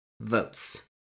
votes